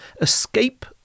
escape